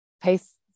paste